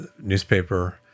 newspaper